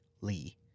Lee